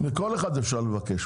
מכל אחד אפשר לבקש,